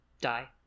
die